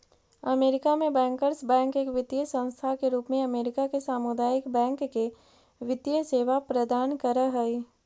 America में bankers bank एक वित्तीय संस्था के रूप में अमेरिका के सामुदायिक बैंक के वित्तीय सेवा प्रदान कर हइ